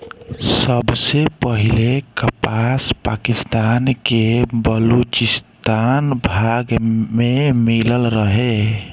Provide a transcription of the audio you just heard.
सबसे पहिले कपास पाकिस्तान के बलूचिस्तान भाग में मिलल रहे